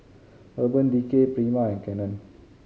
Urban Decay Prima and Canon